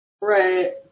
Right